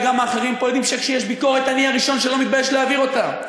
וגם האחרים יודעים שכשיש ביקורת אני הראשון שלא מתבייש להעביר אותה.